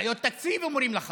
בעיות תקציב, אומרים לך